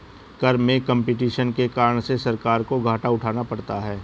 कर में कम्पटीशन के कारण से सरकार को घाटा उठाना पड़ता है